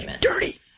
Dirty